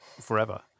forever